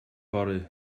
fory